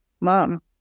mom